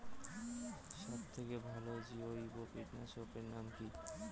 সব থেকে ভালো জৈব কীটনাশক এর নাম কি?